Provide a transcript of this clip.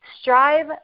Strive